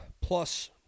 plus